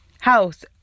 house